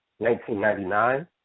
1999